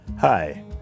Hi